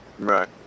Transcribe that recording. Right